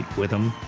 with him,